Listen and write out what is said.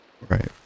Right